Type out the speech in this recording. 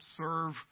serve